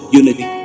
unity